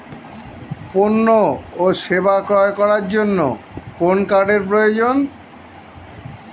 পণ্য ও সেবা ক্রয় করার জন্য কোন কার্ডের প্রয়োজন?